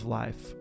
life